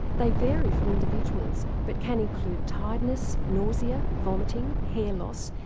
they vary for individuals but can include tiredness, nausea, vomiting, hair loss,